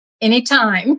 anytime